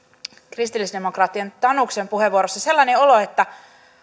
kristillisdemokraattien tanuksen puheenvuorossa sellainen olo että